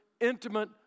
intimate